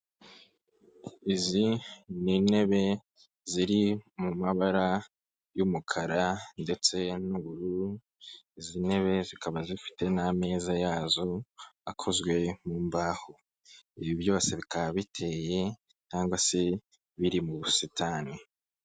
Izi ni intebe ziri mu mabara y'umukara ndetse n'ubururu, izi ntebe zikaba zifite n'ameza yazo akozwe mu mbaho. Ibi byose bikaba biteye cyangwa se biri mu busitani.